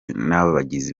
n’abagizi